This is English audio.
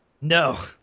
No